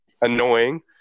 annoying